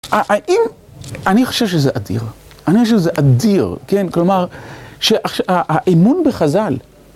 האם, אני חושב שזה אדיר, אני חושב שזה אדיר! כן? כלומר, שהאמון בחז״ל